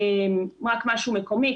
רק משהו מקומי,